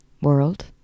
world